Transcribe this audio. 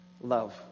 Love